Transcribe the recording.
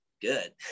good